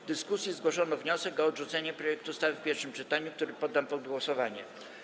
W dyskusji zgłoszono wniosek o odrzucenie projektu ustawy w pierwszym czytaniu, który poddam pod głosowanie.